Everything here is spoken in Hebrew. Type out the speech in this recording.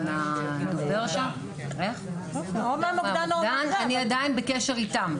אני עדיין בקשר איתם.